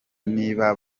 niba